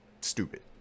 Stupid